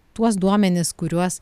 tuos duomenis kuriuos